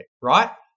right